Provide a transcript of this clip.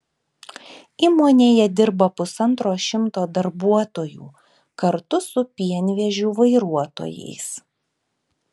įmonėje dirba pusantro šimto darbuotojų kartu su pienvežių vairuotojais